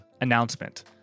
Announcement